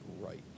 right